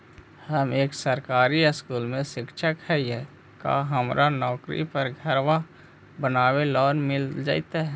हम एक सरकारी स्कूल में शिक्षक हियै का हमरा नौकरी पर घर बनाबे लोन मिल जितै?